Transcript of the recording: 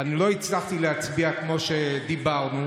אני לא הצלחתי להצביע כמו שדיברנו,